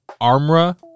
armra